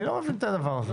אני לא מבין את הדבר הזה.